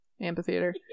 amphitheater